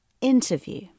Interview